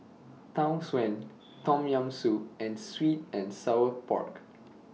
Tau Suan Tom Yam Soup and Sweet and Sour Pork